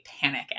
panic